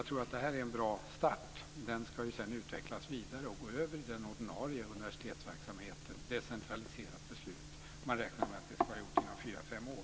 Jag tror att det här är en bra start. Det ska sedan utvecklas vidare och gå över i den ordinarie universitetsverksamheten, decentraliserat beslut. Det räknar man ska vara gjort inom fyra fem år.